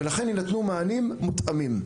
ולכן יינתנו מענים מותאמים.